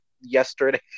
yesterday